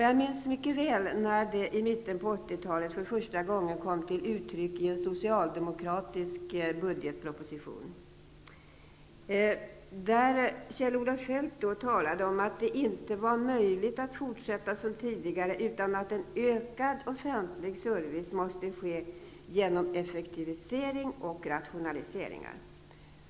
Jag minns mycket väl när det i mitten på 80-talet för första gången kom till uttryck i en socialdemokratisk budgetproposition, där Kjell-Olof Feldt talade om att det inte var möjligt att fortsätta som tidigare utan att en ökning av offentlig service måste ske genom effektivisering och rationaliseringar.